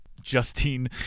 Justine